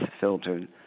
filtered